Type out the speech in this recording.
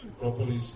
properly